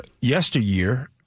yesteryear